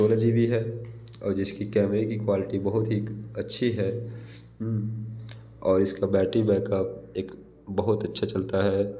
सोलह जी बी है और जिसके कैमरे की कवाल्टी बहुत ही अच्छी है और इसका बैटरी बैकअप एक बहुत अच्छा चलता है